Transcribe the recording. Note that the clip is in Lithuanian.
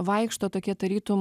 vaikšto tokie tarytum